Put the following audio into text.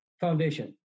Foundation